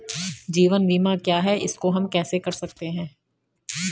जीवन बीमा क्या है इसको हम कैसे कर सकते हैं?